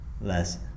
less